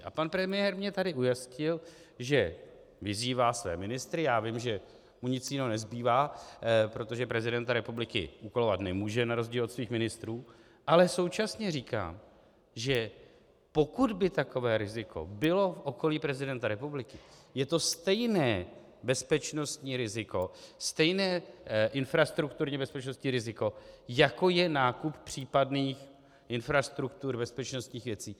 A pan premiér mě tady ujistil, že vyzývá své ministry, já vím, že mu nic jiného nezbývá, protože prezidenta republiky úkolovat nemůže na rozdíl od svých ministrů, ale současně říká, že pokud by takové riziko bylo v okolí prezidenta republiky, je to stejné bezpečnostní riziko, stejné infrastrukturně bezpečnostní riziko, jako je nákup případných infrastruktur bezpečnostních věcí.